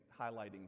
highlighting